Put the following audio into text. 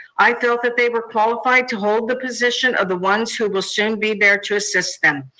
i thought that they were qualified to hold the position of the ones who will soon be there to assist them.